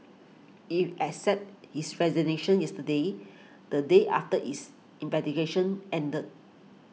it accepted his resignation yesterday the day after its investigation ended